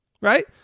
right